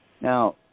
Now